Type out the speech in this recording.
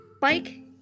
bike